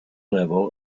level